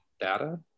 data